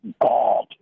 God